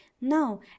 Now